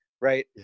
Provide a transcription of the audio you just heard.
right